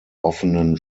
offenen